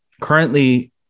currently